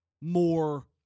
more